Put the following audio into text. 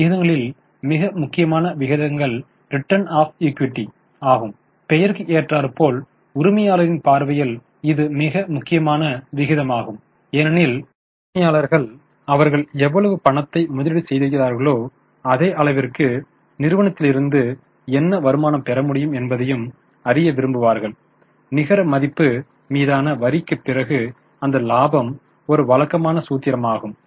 விகிதங்களில் மிக முக்கியமான விகிதம் ரிட்டர்ன் ஆன் ஈக்விட்டி ஆகும் பெயருக்கு ஏற்றாற்போல் உரிமையாளர்களின் பார்வையில் இது மிக முக்கியமான விகிதமாகும் ஏனெனில் உரிமையாளர்கள் அவர்கள் எவ்வளவு பணத்தை முதலீடு செய்திருக்கிறார்களோ அதே அளவிற்கு நிறுவனத்திலிருந்து என்ன வருமானம் பெற முடியும் என்பதையும் அறிய விரும்புவார்கள் நிகர மதிப்பு மீதான வரிக்குப் பிறகு அந்த இலாபம் ஒரு வழக்கமான சூத்திரமாகும்